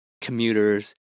commuters